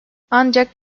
ancak